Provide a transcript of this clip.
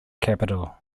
capital